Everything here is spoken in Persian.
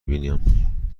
بینم